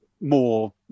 more